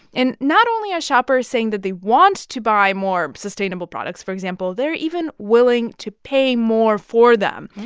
and not only are ah shoppers saying that they want to buy more sustainable products, for example. they're even willing to pay more for them.